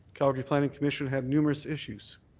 calgary planning commission had numerous issues.